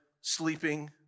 sleeping